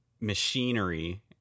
machinery